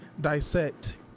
dissect